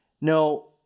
No